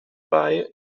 bye